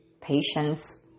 Patience